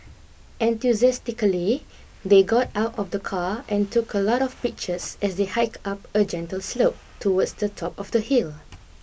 enthusiastically they got out of the car and took a lot of pictures as they hike up a gentle slope towards the top of the hill